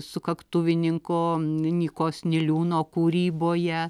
sukaktuvininko nykos niliūno kūryboje